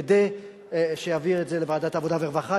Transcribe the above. כדי להעביר את זה לוועדת העבודה והרווחה,